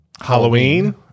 halloween